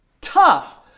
tough